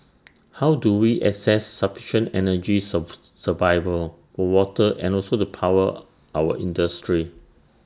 how do we access sufficient energy survival for water and also to power our industry